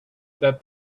that